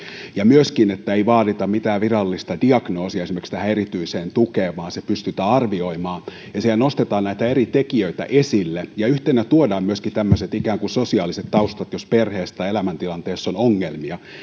ja myöskin että ei vaadita mitään virallista diagnoosia esimerkiksi tähän erityiseen tukeen vaan se pystytään arvioimaan siellä nostetaan näitä eri tekijöitä esille ja yhtenä tuodaan myöskin tämmöiset ikään kuin sosiaaliset taustat jos perheessä tai elämäntilanteessa on ongelmia